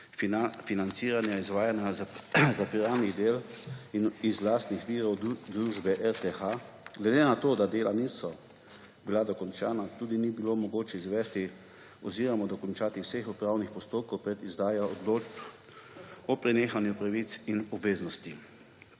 financiranja izvajanja zapiralnih del iz lastnih virov družbe RTH. Glede na to, da dela niso bila dokončana, tudi ni bilo mogoče izvesti oziroma dokončati vseh upravnih postopkov pred izdajo odločb o prenehanju pravic in obveznosti.